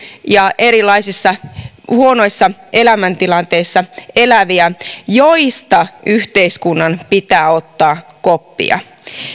ja erilaisissa huonoissa elämäntilanteissa eläviä joista yhteiskunnan pitää ottaa koppia